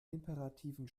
imperativen